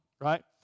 Right